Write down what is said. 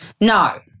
No